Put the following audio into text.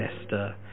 Esther